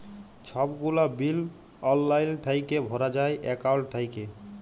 ছব গুলা বিল অললাইল থ্যাইকে ভরা যায় একাউল্ট থ্যাইকে